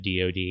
DOD